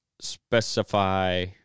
specify